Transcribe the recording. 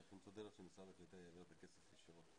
צריך למצוא דרך שמשרד הקליטה יעביר את הכסף ישירות.